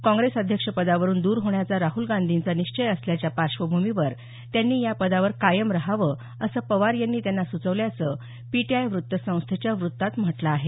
काँग्रेस अध्यक्षपदावरुन द्र होण्याचा राहूल गांधींचा निश्चय असल्याच्या पार्श्वभूमीवर त्यांनी या पदावर कायम राहावं असं पवार यांनी त्यांना सूचवल्याचं पीटीआय वृत्तसंस्थेच्या वृत्तात म्हटलं आहे